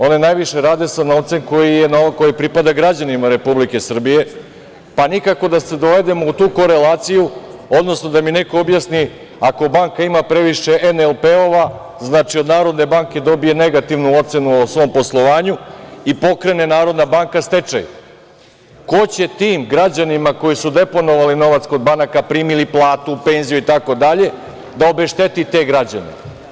One najviše rade sa novcem koji pripada građanima Republike Srbije, pa nikako da se dovedemo u tu korelaciju, odnosno da mi neko objasni ako banka ima previše NLP, znači od NBS dobija negativnu ocenu o svom poslovanju i pokrene Narodna banka stečaj, ko će tim građanima koji su deponovali novac kod banaka primili platu, penziju itd, da obešteti te građane?